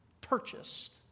purchased